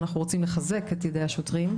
ואנחנו רוצים לחזק את ידי השוטרים.